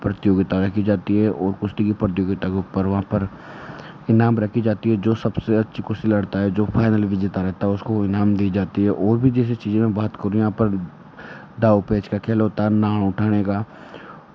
प्रतियोगिता रखी जाती है और कुश्ती की प्रतियोगिता के ऊपर वहाँ पर इनाम रखी जाती है जो सबसे अच्छी कुश्ती लड़ता है जो फाइनल विजेता रहता है उसको इनाम दी जाती है और भी जैसे चीज़ें मैं बात करूँ यहाँ पर दाँव पेंच का खेल होता है उठाने का